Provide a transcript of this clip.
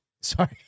Sorry